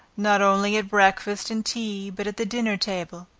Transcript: not only at breakfast and tea, but at the dinner table.